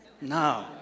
No